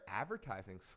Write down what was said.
advertising